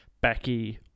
Becky